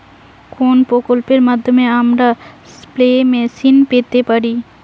কোন প্রকল্পের মাধ্যমে আমরা স্প্রে মেশিন পেতে পারি?